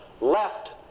left